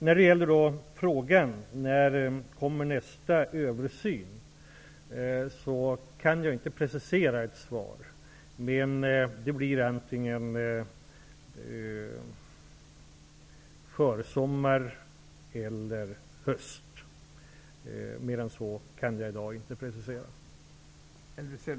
Jag kan inte precisera svaret på frågan om när nästa översyn kommer. Det blir antingen under försommaren eller hösten. Mer än så kan jag i dag inte precisera mig.